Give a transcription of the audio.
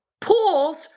pools